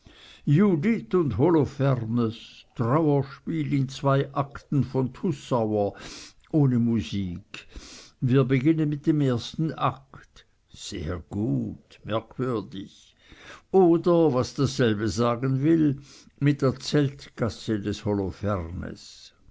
judith und holofernes trauerspiel in zwei akten von tussauer ohne musik wir beginnen mit dem ersten akt sehr gut merkwürdig oder was dasselbe sagen will mit der zeltgasse des